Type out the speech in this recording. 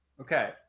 Okay